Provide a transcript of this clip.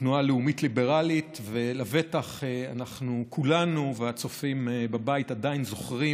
תנועה לאומית ליברלית ולבטח אנחנו כולנו והצופים בבית עדיין זוכרים: